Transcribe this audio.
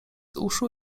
uszu